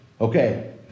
Okay